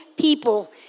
people